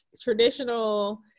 traditional